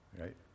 right